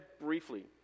briefly